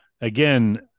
again